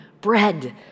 bread